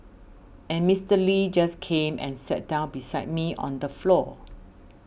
and Mister Lee just came and sat down beside me on the floor